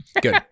good